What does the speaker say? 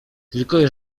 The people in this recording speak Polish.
tylko